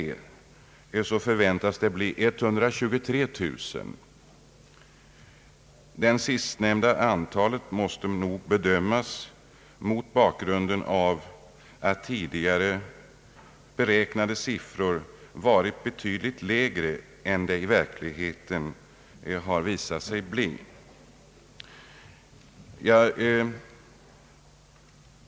1972/73 förväntas antalet vara 123 000. Det sistnämnda antalet måste nog bedömas mot bakgrunden av att tidigare beräknade siffror varit betydligt lägre än de i verkligheten har visat sig bli.